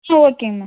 ஆ ஓகேங்க மேம்